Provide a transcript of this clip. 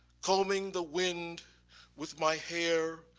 combing the wind with my hair.